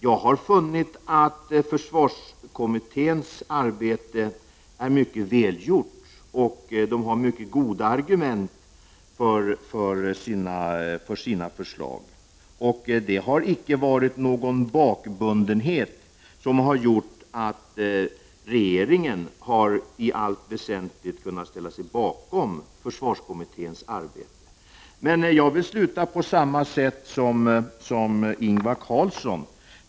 Jag har funnit att försvarskommitténs arbete är mycket välgjort och att man har mycket goda argument för sina förslag. Det har icke förekommit någon bakbundenhet som har gjort att regeringen i allt väsentligt har kunnat ställa sig bakom försvarskommitténs arbete. Jag vill avsluta på samma sätt som Ingvar Karlsson.